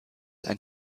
ein